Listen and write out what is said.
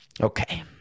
Okay